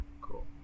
Cool